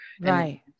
Right